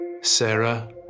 Sarah